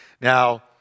Now